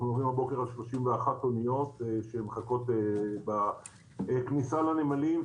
אנחנו מדברים הבוקר על 31 אוניות שמחכות בכניסה לנמלים,